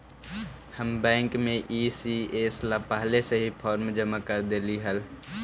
हम बैंक में ई.सी.एस ला पहले से ही फॉर्म जमा कर डेली देली हल